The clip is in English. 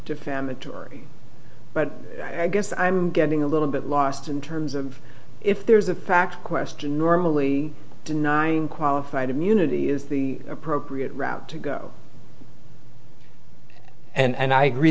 defamatory but i guess i'm getting a little bit lost in terms of if there's a packed question or merely denying qualified immunity is the appropriate route to go and i agree